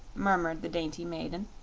murmured the dainty maiden,